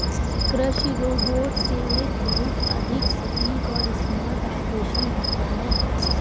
कृषि रोबोट से एक बहुत अधिक सटीक और स्मार्ट ऑपरेशन होता है